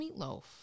meatloaf